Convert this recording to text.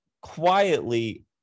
quietly